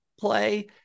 play